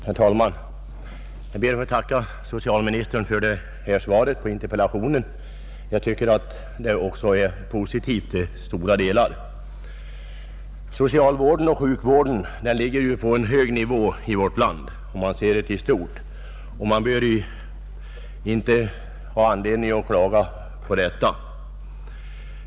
Herr talman! Jag ber att få tacka socialministern för svaret på min interpellation, och jag tycker att svaret är till stora delar positivt. Socialvården och sjukvården ligger på hög nivå i vårt land, om man ser det i stort. Det finns alltså ingen anledning till klagomål.